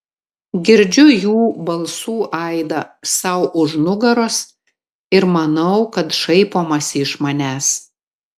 girdžiu jų balsų aidą sau už nugaros ir manau kad šaipomasi iš manęs